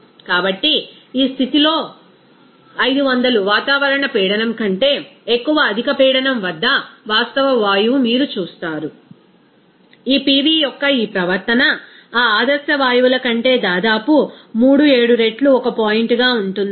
కాబట్టి ఈ స్థితిలో 500 వాతావరణ పీడనం కంటే ఎక్కువ అధిక పీడనం వద్ద వాస్తవ వాయువు మీరు చూస్తారు ఈ pV యొక్క ఈ ప్రవర్తన ఆ ఆదర్శ వాయువుల కంటే దాదాపు మూడు ఏడు రెట్లు ఒక పాయింట్గా ఉంటుందని